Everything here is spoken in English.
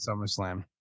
SummerSlam